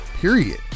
period